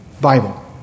Bible